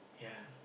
ya